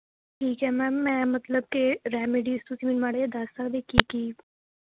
ਠੀਕ ਹੈ ਮੈਮ ਮੈਂ ਮਤਲਬ ਕਿ ਰੈਮੇਡੀਜ਼ ਤੁਸੀਂ ਮੈਨੂੰ ਮਾੜਾ ਜਿਹਾ ਦੱਸ ਸਕਦੇ ਕੀ ਕੀ